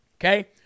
okay